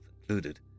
included